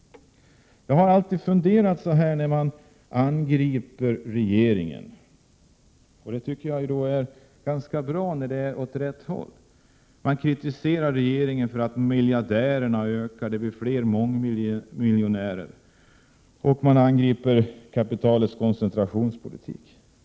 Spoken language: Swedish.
Jag har funderat över detta med att centern angriper regeringen. Det är i och för sig bra att man gör det, när kritiken går åt rätt håll. Centern kritiserar regeringen för att miljardärerna ökar och det blir fler mångmiljonärer. Man angriper kapitalets koncentrationspolitik.